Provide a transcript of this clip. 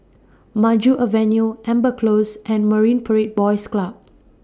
Maju Avenue Amber Close and Marine Parade Boys Club